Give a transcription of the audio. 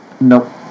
nope